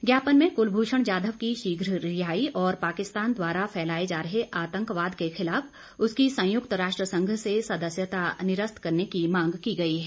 ज्ञापन में कुलभूषण जाधव की शीघ्र रिहाई और पाकिस्तान द्वारा फैलाए जा रहे आतंकवाद के खिलाफ उसकी संयुक्त राष्ट्र संघ से सदस्यता निरस्त करने की मांग की गई है